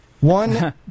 One